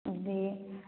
ꯑꯗꯨꯗꯤ